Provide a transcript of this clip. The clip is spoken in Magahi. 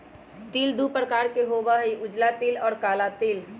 तिल दु प्रकार के होबा हई उजला तिल और काला तिल